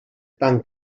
tan